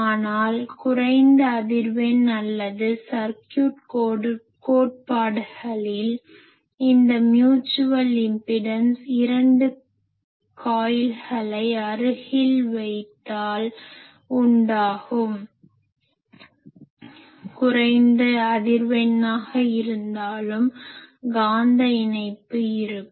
ஆனால் குறைந்த அதிர்வெண் அல்லது சர்க்யூட் கோட்பாடுகளில் இந்த மியூட்சுவல் இம்பிடன்ஸ் இரண்டு காயில்கள் அருகில் இருந்தால் உண்டாகும் குறைந்த அதிர்வெண்ணாக இருந்தாலும் காந்த இணைப்பு இருக்கும்